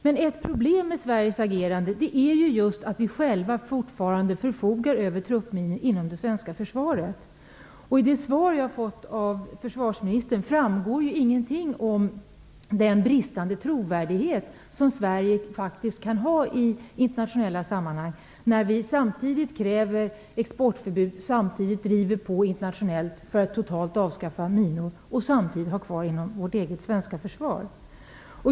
Men ett problem med Sveriges agerande är ju att vi själva fortfarande förfogar över truppminor inom det svenska försvaret. Av det svar jag fått av försvarsministern framgår inte att det kan finnas en bristande trovärdighet i Sveriges agerande i internationella sammanhang när vi kräver exportförbud och driver på internationellt för att totalt avskaffa minor samtidigt som vi har dem kvar inom vårt svenska försvar.